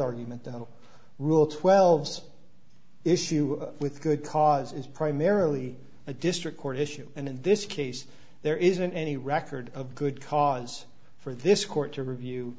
argument though rule twelve's issue with good cause is primarily a district court issue and in this case there isn't any record of good cause for this court to review